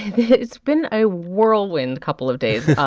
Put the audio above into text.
it's been a whirlwind couple of days.